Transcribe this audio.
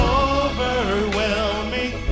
overwhelming